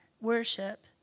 worship